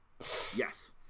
Yes